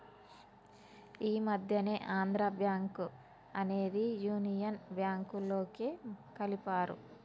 ఈ మధ్యనే ఆంధ్రా బ్యేంకు అనేది యునియన్ బ్యేంకులోకి కలిపారు